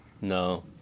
no